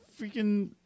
freaking